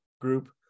group